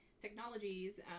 technologies